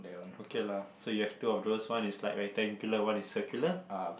okay lah so you have two of those one is like rectangular one is circular